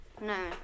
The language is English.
No